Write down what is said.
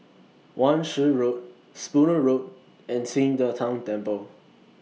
Wan Shih Road Spooner Road and Qing De Tang Temple